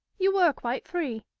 you were quite free.